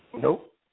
Nope